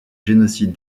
génocide